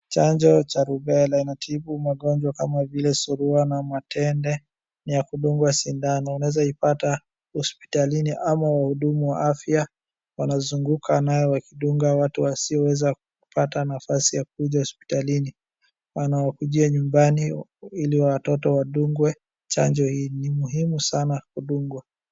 Chanjo ya rubela inatibu magonjwa kama vile surua, na matende, ni ya kudungwa sindano. Unaweza ipata hospitalini ama wahudumu wa fya wanazunguka nayo wakidunga watu wasioweza kupat nafasi ya kuja hospitalini. Wnwakujia nyumbani ili watoto wadungwe chanjo hii. Ni muhimu sana kudungwa.